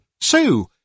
sue